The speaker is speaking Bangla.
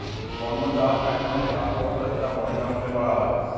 বন্য চাষ এক ধরনের চাষ ব্যবস্থা যেটা বনে জঙ্গলে করা হয়